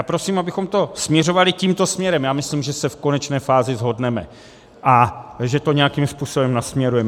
Prosím abychom to směřovali tímto směrem, myslím, že se v konečné fázi shodneme a že to nějakým způsobem nasměrujeme.